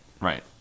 right